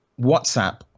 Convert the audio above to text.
WhatsApp